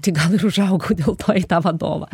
tai gal ir užaugau dėl to į tą vadovą